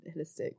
holistic